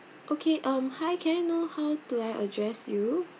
okay um hi can I know how do I address you